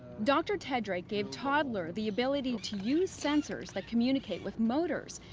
dr. tedrake gave toddler the ability to use sensors that communicate with motors.